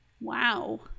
Wow